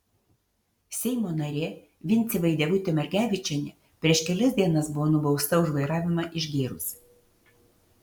seimo narė vincė vaidevutė margevičienė prieš kelias dienas buvo nubausta už vairavimą išgėrus